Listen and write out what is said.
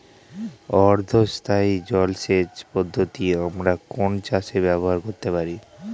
অর্ধ স্থায়ী জলসেচ পদ্ধতি আমরা কোন চাষে ব্যবহার করতে পারি?